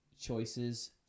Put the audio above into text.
choices